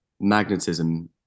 magnetism